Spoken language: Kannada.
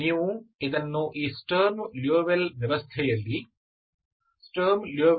ನೀವು ಇದನ್ನು ಈ ಸ್ಟರ್ಮ್ ಲಿಯೋವಿಲ್ಲೆ ವ್ಯವಸ್ಥೆಯಲ್ಲಿ ಸ್ಟರ್ಮ್ ಲಿಯೋವಿಲ್ಲೆ ಹಾಕಲು ಬಯಸುತ್ತೀರಿ